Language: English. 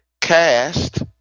cast